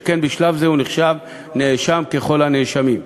שכן בשלב זה הוא נחשב נאשם ככל הנאשמים.